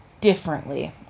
differently